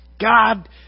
God